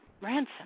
ransom